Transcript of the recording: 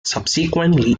subsequently